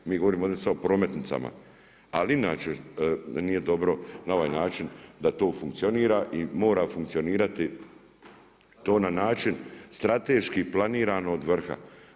Mi govorimo sada ovdje o prometnicama, ali inače nije dobro na ovaj način da to funkcionira i mora funkcionirati to na način strateški planirano od vrha.